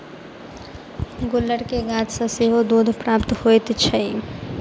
गुलर के गाछ सॅ सेहो दूध प्राप्त होइत छै